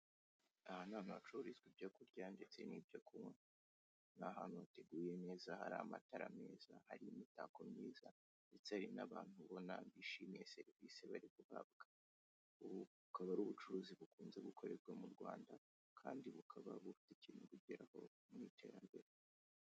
Aha ni ahantu hacururizwa n'ibyo kurya ndetse n'ibyo kunywa, ni ahantu hateguye neza, hari amatara meza, hari imitako myiza, ndetse hari n'abantu ubona bishimiye serivisi bari guhabwa. Ubu akaba ari ubucuruzi bukunze gukorerwa mu Rwanda kandi bukaba bufite ikintu bugeraho mu iterambere.